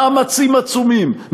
מאמצים עצומים,